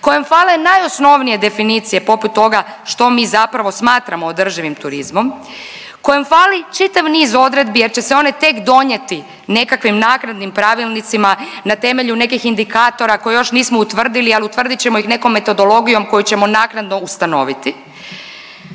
kojem fale najosnovnije definicije poput toga što mi zapravo smatramo održivim turizmom, kojem fali čitav niz odredbi jer će se one tek donijeti nekakvim naknadnim pravilnicima na temelju nekih indikatora koje još nismo utvrdili, ali utvrdit ćemo ih nekom metodologijom koju ćemo naknadno ustanoviti.